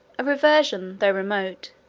a reversion, though remote,